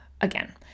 again